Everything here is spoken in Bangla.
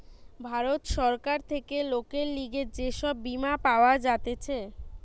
ভারত সরকার থেকে লোকের লিগে যে সব বীমা পাওয়া যাতিছে